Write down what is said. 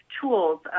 tools